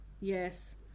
Yes